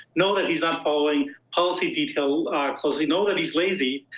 know that he's not following policy detail closely, know that he's lazy,